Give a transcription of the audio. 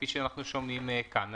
כפי שאנחנו שומעים כאן.